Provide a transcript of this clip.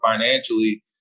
financially